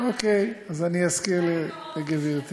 אוקיי, אז אני אזכיר לגברתי.